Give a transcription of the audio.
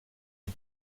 ils